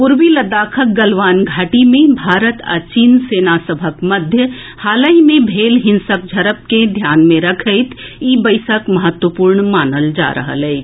पूर्वी लद्दाखक गलवान घाटी मे भारत आ चीनक सेना सभक मध्य हालहि मे भेल हिंसक झड़प के ध्यान मे रखैत ई बैसक महत्वपूर्ण मानल जा रहल अछि